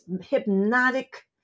hypnotic